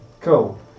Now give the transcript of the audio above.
Cool